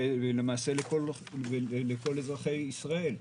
ולמעשה לכל אזרחי ישראל.